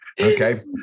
okay